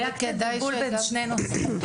יש בלבול בין שני נושאים.